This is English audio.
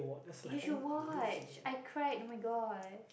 you should watch I cried oh-my-god